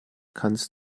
kannst